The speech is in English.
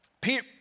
Peter